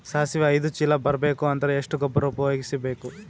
ಸಾಸಿವಿ ಐದು ಚೀಲ ಬರುಬೇಕ ಅಂದ್ರ ಎಷ್ಟ ಗೊಬ್ಬರ ಉಪಯೋಗಿಸಿ ಬೇಕು?